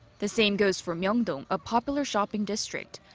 the same goes for myeongdong, a popular shopping district.